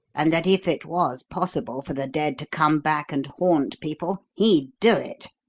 and that if it was possible for the dead to come back and haunt people he'd do it.